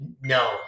No